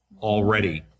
already